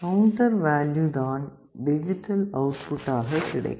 counter value தான் digital output ஆக கிடைக்கும்